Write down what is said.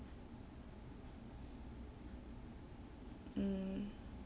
mm